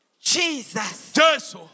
Jesus